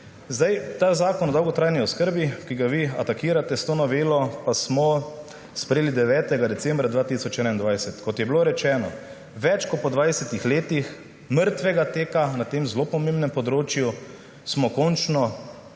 ukinjen. Zakon o dolgotrajni oskrbi, ki ga vi atakirate s to novelo, smo sprejeli 9. decembra 2021. Kot je bilo rečeno, po več kot 20 letih mrtvega teka na tem zelo pomembnem področju smo končno